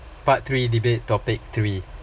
part three debate topic three